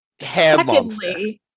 Secondly